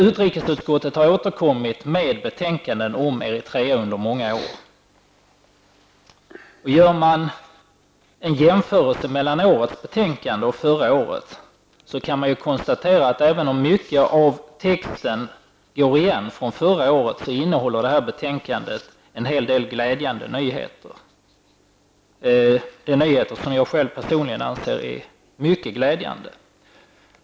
Utrikesutskottet har under många år återkommit med betänkanden om Eritrea. Jämför man årets betänkande med förra årets kan man konstatera, att även om mycket av texten går igen från förra året, innehåller betänkandet en hel del nyheter, nyheter som jag personligen anser vara mycket glädjande.